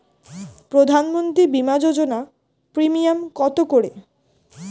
প্রধানমন্ত্রী বিমা যোজনা প্রিমিয়াম কত করে?